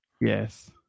Yes